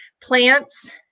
plants